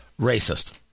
Racist